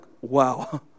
wow